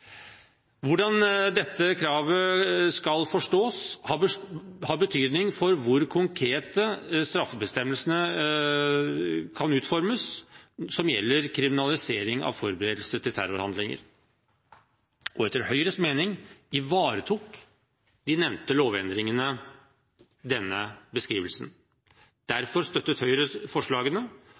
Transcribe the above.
Hvordan dette kravet skal forstås, har betydning for hvor konkrete straffebestemmelsene som gjelder kriminalisering av forberedelser til terrorhandlinger, kan utformes. Etter Høyres mening ivaretok de nevnte lovendringene denne beskrivelsen. Derfor støttet Høyre forslagene,